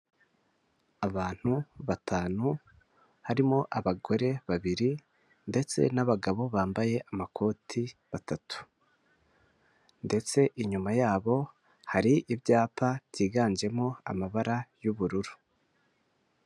Abantu batanu harimo abagore babiri ndetse n'abagabo bambaye amakoti atatu. Ndetse inyuma yabo hari ibyapa byiganjemo amabara y'ubururu.